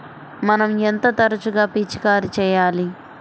మనం ఎంత తరచుగా పిచికారీ చేయాలి?